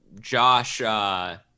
Josh –